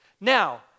Now